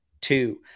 two